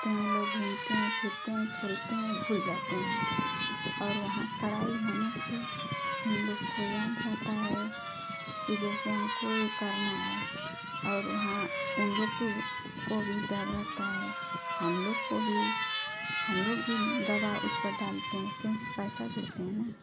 आते हैं लोग घूमते हैं फिरते है खेलते हैं भूल जाते हैं और वहाँ कड़ाई होने से इन लोग को याद रहता है कि जैसे हम कोई करना है और वहाँ उन लोगों को को भी डर रहता है हम लोग को भी हम लोग भी दबाव उस पर डालते हैं क्योंकि पैसा देते हैं ना